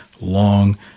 long